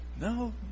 No